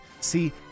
See